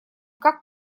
как